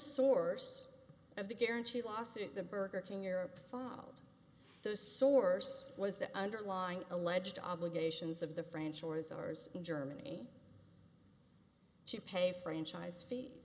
source of the guarantee lawsuit the burger king europe followed those source was the underlying alleged obligations of the french or as ours in germany to pay franchise fee